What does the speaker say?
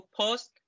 post